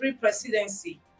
Presidency